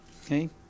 Okay